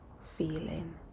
feeling